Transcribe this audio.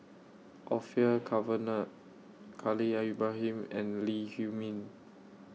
Orfeur Cavenagh Khalil Ibrahim and Lee Huei Min